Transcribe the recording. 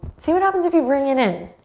see what happens if you bring it in.